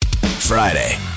Friday